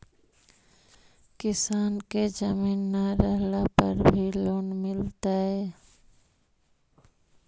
किसान के जमीन न रहला पर भी लोन मिलतइ?